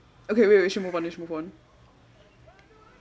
okay wait wait we should move on we should move on